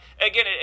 again